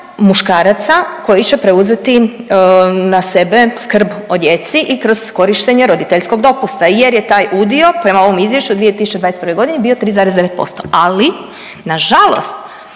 muškaraca koji će preuzeti na sebe skrb o djeci i kroz korištenje roditeljskog dopusta jer je ta udio prema ovom Izvješću u 2021. g. bio 3,9%, ali nažalost